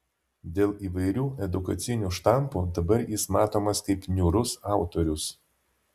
dėl įvairių edukacinių štampų dabar jis matomas kaip niūrus autorius